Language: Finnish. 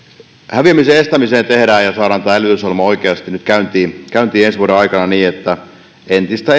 häviämisen estämiseen annetaan ja saadaan tämä elvytysohjelma oikeasti nyt käyntiin käyntiin ensi vuoden aikana niin että entistä